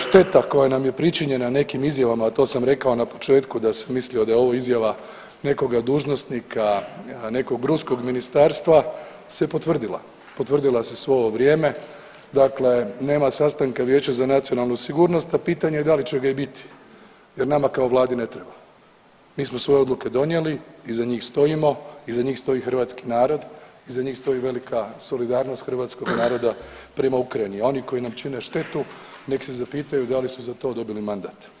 Šteta koja nam je pričinjena nekim izjavama, a to sam rekao na početku da sam mislio da je ovo izjava nekoga dužnosnika nekog ruskog ministarstva se potvrdila, potvrdila se svo ovo vrijeme, dakle nema sastanka Vijeća za nacionalnu sigurnost, a pitanje je da li će ga i biti jer nama kao vladi ne treba, mi smo svoje odluke donijeli, iza njih stojimo, iza njih stoji hrvatski narod, iza njih stoji velika solidarnost hrvatskog naroda prema Ukrajini, a oni koji nam čine štetu nek se zapitaju da li su za to dobili mandat.